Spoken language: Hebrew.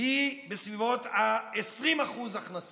היא בסביבות 20% הכנסה.